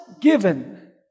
given